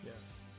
yes